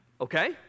Okay